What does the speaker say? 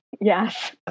Yes